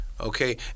Okay